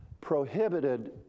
prohibited